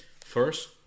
First